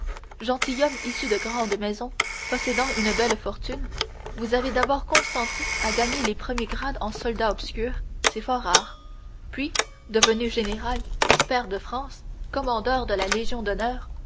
gentilhomme issu de grande maison possédant une belle fortune vous avez d'abord consenti à gagner les premiers grades en soldat obscur c'est fort rare puis devenu général pair de france commandeur de la légion d'honneur